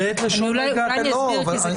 אולי אני אסביר,